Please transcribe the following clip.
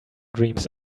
dreams